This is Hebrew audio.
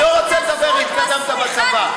אני לא רוצה לדבר על איך התקדמת בצבא.